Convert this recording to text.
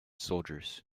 soldiers